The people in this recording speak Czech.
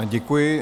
Děkuji.